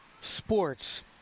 sports